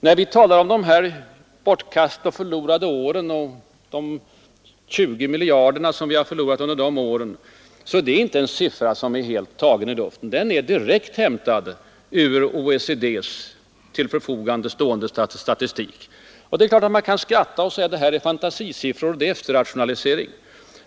När vi talar om de förlorade åren och om de 20 miljarder som vi förlorade under de åren, så är det inte en siffra som är tagen ur luften; den är direkt hämtad ur OECD:s statistik. Det är klart att man kan skratta och säga att det här är fantasisiffror och efterrationalisering.